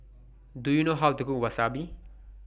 Do YOU know How to Cook Wasabi